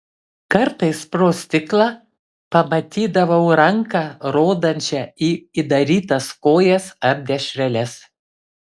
kartais pro stiklą pamatydavau ranką rodančią į įdarytas kojas ar dešreles